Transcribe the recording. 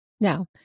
Now